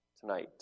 tonight